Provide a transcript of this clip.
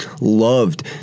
loved